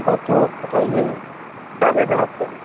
हाँ तो बताइए क्या लेना आपको है